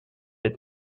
its